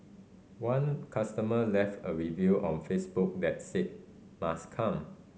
one customer left a review on Facebook that said must come